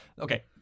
Okay